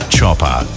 Chopper